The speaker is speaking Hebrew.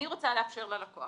אני רוצה לאפשר ללקוח,